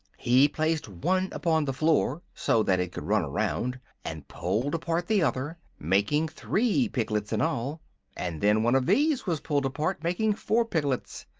he placed one upon the floor, so that it could run around, and pulled apart the other, making three piglets in all and then one of these was pulled apart, making four piglets.